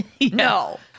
No